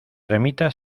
ermita